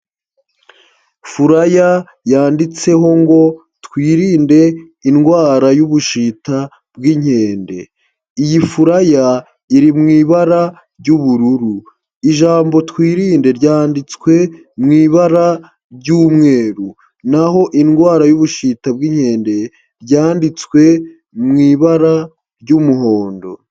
Furaya yanditseho ngo twirinde indwara y'ubushita bw'inkende, iyi furaya iri mu ibara ry'ubururu, ijambo twirinde ryanditswe mu ibara ry'umweru naho indwara y'ubushita bw'inkende ryanditswe mu ibara ry'umuhondo.